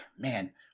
Man